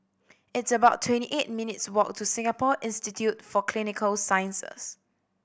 it's about twenty eight minutes' walk to Singapore Institute for Clinical Sciences